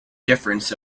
difference